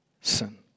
sin